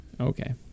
Okay